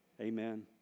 Amen